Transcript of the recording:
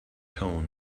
tone